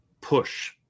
push